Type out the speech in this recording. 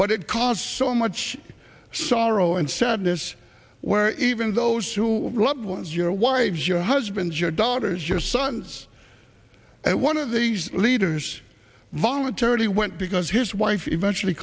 but it caused so much sorrow and sadness where even those who loved ones your wives your husbands your daughters your sons one of these leaders voluntarily went because his wife eventually